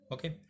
Okay